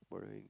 boring